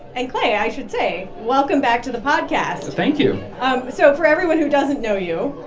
and clay, i should say, welcome back to the podcast thank you um so for everyone who doesn't know you,